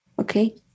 Okay